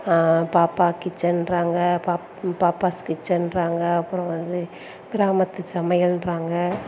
பாப்பா கிச்சன்றாங்க பாப் ம் பாப்பாஸ் கிச்சன்றாங்க அப்பறம் வந்து கிராமத்து சமையல்றாங்க